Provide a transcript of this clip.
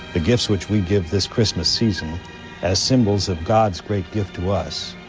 the gifts which we give this christmas season as symbols of god's great gift to us,